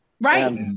Right